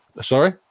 Sorry